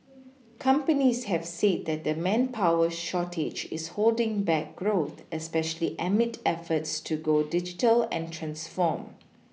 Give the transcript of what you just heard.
companies have said that the manpower shortage is holding back growth especially amid efforts to go digital and transform